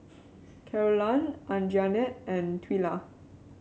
Carolann Anjanette and Twila